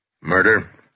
Murder